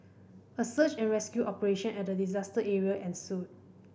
a search and rescue operation at the disaster area ensued